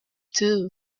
too